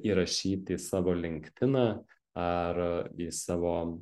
įrašyti į savo linktiną ar į savo